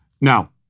Now